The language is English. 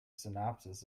synopsis